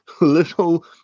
little